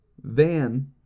Van